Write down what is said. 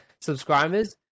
subscribers